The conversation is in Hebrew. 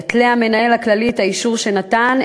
יתלה המנהל הכללי את האישור שנתן,